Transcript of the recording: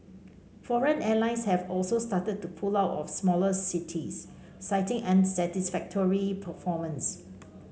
foreign airlines have also started to pull out of smaller cities citing unsatisfactory performance